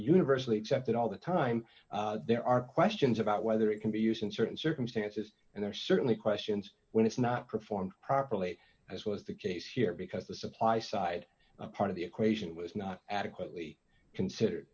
universally accepted all the time there are questions about whether it can be used in certain circumstances and there are certainly questions when it's not performed properly as was the case here because the supply side part of the equation was not adequately considered